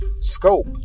scope